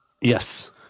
yes